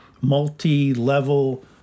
multi-level